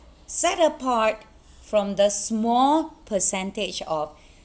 set apart from the small percentage of